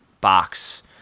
box